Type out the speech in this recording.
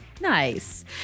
Nice